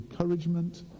encouragement